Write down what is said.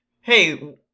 hey